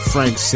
Frank